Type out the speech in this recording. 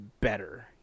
better